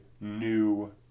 new